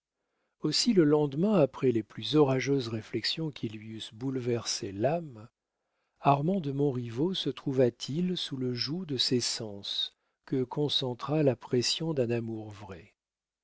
aussi le lendemain après les plus orageuses réflexions qui lui eussent bouleversé l'âme armand de montriveau se trouva-t-il sous le joug de ses sens que concentra la pression d'un amour vrai